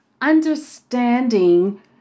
understanding